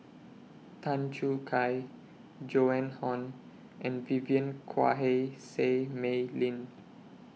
Tan Choo Kai Joan Hon and Vivien Quahe Seah Mei Lin